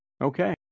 Okay